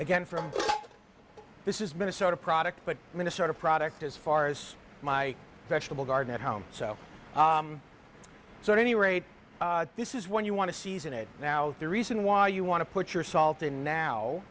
again from this is minnesota product but minnesota product as far as my vegetable garden at home so so at any rate this is when you want to season it now the reason why you want to put your salt in now